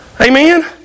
Amen